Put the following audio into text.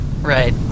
Right